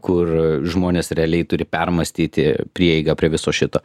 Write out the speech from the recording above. kur žmonės realiai turi permąstyti prieigą prie viso šito